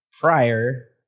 Prior